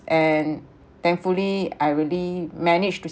and thankfully I really manage to